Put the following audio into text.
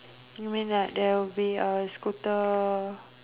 you mean like there will be a scooter